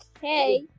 Hey